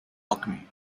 alchemy